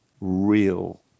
real